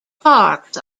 parks